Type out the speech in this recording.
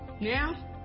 Now